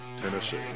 Tennessee